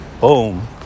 Boom